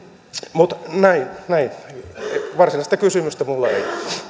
mutta näin näin varsinaista kysymystä minulla ei